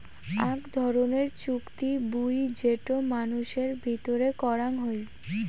আক ধরণের চুক্তি বুই যেটো মানুষের ভিতরে করাং হউ